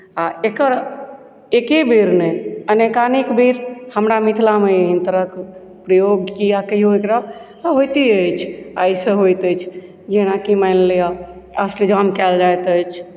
आओर एकर एकेबेर नहि अनेकानेक बेर हमरा मिथिलामे एहन तरहके प्रयोग या कहियौ एकरा ओ होइते अछि आओर एहिसँ होइत अछि जेनाकि मानि लिअ अष्टयाम कयल जाइत अछि